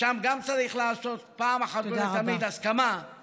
שם גם צריך לעשות פעם אחת ולתמיד הסכמה, תודה רבה.